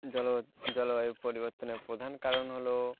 জলবায়ু পরিবর্তনের প্রধান কারণ হল